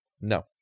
No